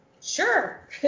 sure